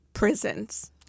Prisons